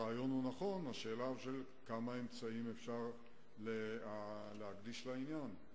הרעיון הוא נכון והשאלה היא כמה אמצעים אפשר להקדיש לעניין.